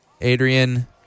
Adrian